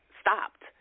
stopped